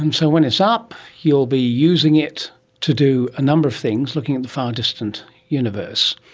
um so when it's up you will be using it to do a number of things, looking at the far distant universe.